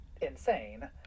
insane